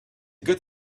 good